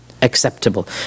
acceptable